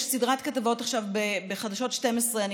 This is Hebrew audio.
יש סדרת כתבות עכשיו בחדשות 12 אני